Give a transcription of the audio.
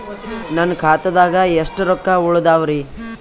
ನನ್ನ ಖಾತಾದಾಗ ಎಷ್ಟ ರೊಕ್ಕ ಉಳದಾವರಿ?